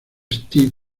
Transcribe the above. stewie